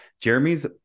Jeremy's